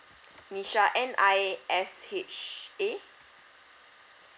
nisha N I S H A